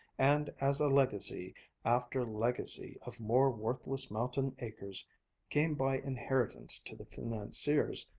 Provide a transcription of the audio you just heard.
and as legacy after legacy of more worthless mountain acres came by inheritance to the financiers,